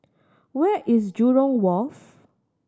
where is Jurong Wharf